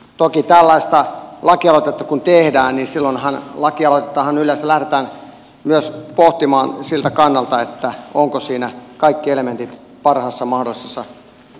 toki kun tällaista lakialoitetta tehdään niin silloinhan lakialoitetta yleensä lähdetään myös pohtimaan siltä kannalta ovatko siinä kaikki elementit parhaassa mahdollisessa asennossa